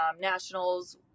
Nationals